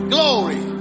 Glory